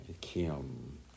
Kim